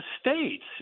states